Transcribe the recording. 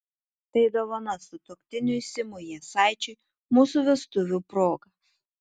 tai dovana sutuoktiniui simui jasaičiui mūsų vestuvių proga